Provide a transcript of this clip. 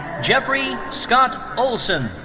jeffrey scott olson.